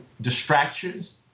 distractions